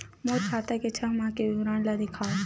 मोर खाता के छः माह के विवरण ल दिखाव?